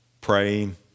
praying